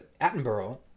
attenborough